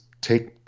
take –